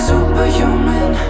Superhuman